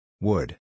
Wood